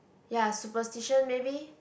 ya superstition maybe